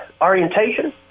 orientation